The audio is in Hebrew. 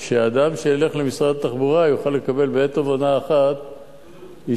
שאדם שילך למשרד התחבורה יוכל לקבל בעת ובעונה אחת אישור,